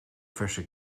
verse